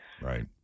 Right